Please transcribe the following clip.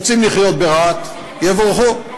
רוצים לחיות ברהט, יבורכו.